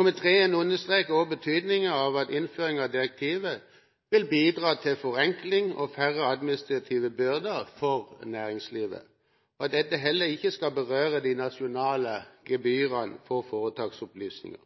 Komiteen understeker òg betydningen av at innføring av direktivet vil bidra til forenkling og færre administrative byrder for næringslivet, og at dette heller ikke skal berøre de nasjonale gebyrene for foretaksopplysninger.